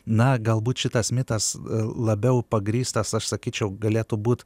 na galbūt šitas mitas labiau pagrįstas aš sakyčiau galėtų būt